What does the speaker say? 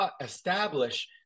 establish